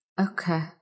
Okay